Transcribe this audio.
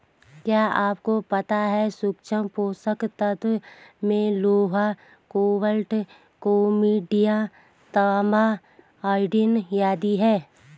क्या आपको पता है सूक्ष्म पोषक तत्वों में लोहा, कोबाल्ट, क्रोमियम, तांबा, आयोडीन आदि है?